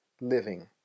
living